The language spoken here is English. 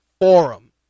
forum